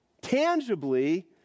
tangibly